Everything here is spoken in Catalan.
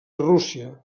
rússia